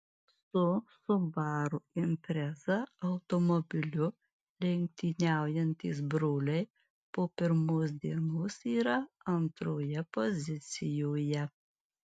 su subaru impreza automobiliu lenktyniaujantys broliai po pirmos dienos yra antroje pozicijoje